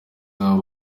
abo